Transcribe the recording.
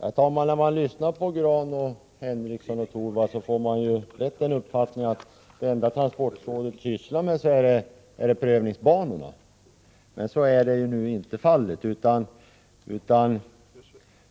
Herr talman! När man lyssnar till Grahn, Henricsson och Torwald får man lätt den uppfattningen att det enda transportrådet sysslar med är prövningsbanorna. Men så är inte fallet.